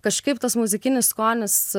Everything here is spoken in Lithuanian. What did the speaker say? kažkaip tas muzikinis skonis